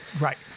right